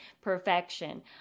perfection